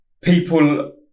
people